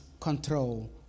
control